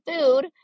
food